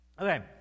Okay